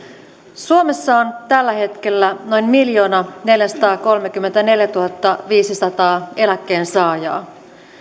suomessa on tällä hetkellä noin miljoonaneljäsataakolmekymmentäneljätuhattaviisisataa eläkkeensaajaa